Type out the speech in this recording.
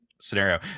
scenario